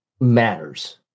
matters